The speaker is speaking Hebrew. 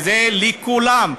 וזה לכולם,